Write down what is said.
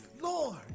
Lord